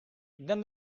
then